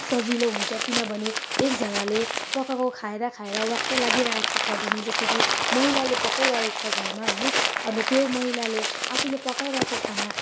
सजिलो हुन्छ किनभने एकजानाले पकाएको खाएर खाएर वाक्कै लागिरहेको छ भने जस्तै कि महिलाले पकाइरहेको छ घरमा होइन अन्त त्यो महिलाले आफैले पकाइरहेको खाना